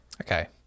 Okay